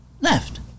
left